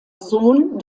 sohn